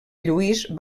lluís